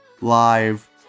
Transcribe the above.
live